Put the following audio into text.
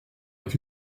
avec